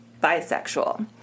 bisexual